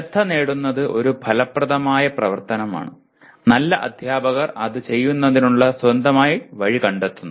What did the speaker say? ശ്രദ്ധ നേടുന്നത് ഒരു ഫലപ്രദമായ പ്രവർത്തനമാണ് നല്ല അധ്യാപകർ അത് ചെയ്യുന്നതിനുള്ള സ്വന്തം വഴി കണ്ടെത്തുന്നു